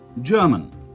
German